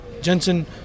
Jensen –